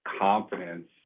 confidence